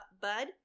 bud